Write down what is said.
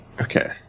Okay